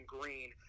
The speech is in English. Green